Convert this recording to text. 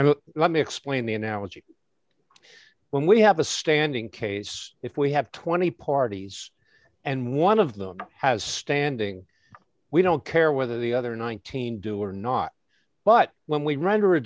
but let me explain the analogy when we have a standing case if we have twenty parties and one of them has standing we don't care whether the other nineteen do or not but when we ren